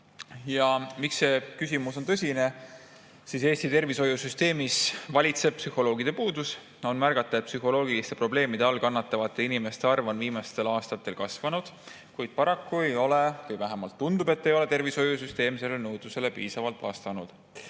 see küsimus on tõsine? Eesti tervishoiusüsteemis valitseb psühholoogide puudus. On märgata, et psühholoogiliste probleemide all kannatavate inimeste arv on viimastel aastatel kasvanud, kuid paraku ei ole – või vähemalt tundub, et ei ole – tervishoiusüsteem sellele nõudlusele piisavalt vastanud.